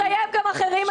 גם אחרים מדברים.